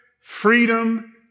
freedom